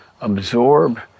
absorb